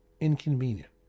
inconvenient